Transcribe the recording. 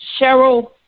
Cheryl